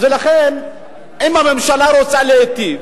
ולכן, אם הממשלה רוצה להיטיב,